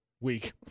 Week